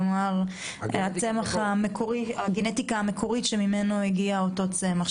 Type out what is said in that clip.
כלומר הגנטיקה המקורית שממנה הגיע אותו צמח.